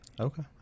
Okay